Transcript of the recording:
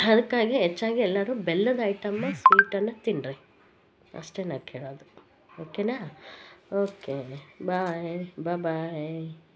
ಅದ್ಕಾಗಿ ಹೆಚ್ಚಾಗಿ ಎಲ್ಲಾರೂ ಬೆಲ್ಲದ ಐಟಮ್ನಾ ಸ್ವೀಟನ್ನ ತಿನ್ರಿ ಅಷ್ಟೆ ನಾ ಕೇಳೋದು ಓಕೆನಾ ಓಕೆ ಬಾಯ್ ಬಾಬಾಯ್